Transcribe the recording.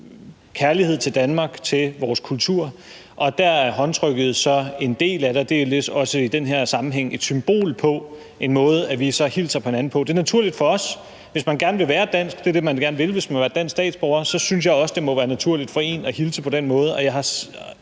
kærlighed til Danmark, til vores kultur. Og det er håndtrykket så en del af. Det er i den her sammenhæng også et symbol; en måde, vi så hilser på hinanden på. Det er naturligt for os. Hvis man gerne vil være dansk, og det er det, man gerne vil, når man vil være dansk statsborger, så synes jeg også, det må være naturligt for en at hilse på den måde. Og jeg har